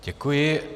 Děkuji.